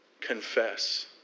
Confess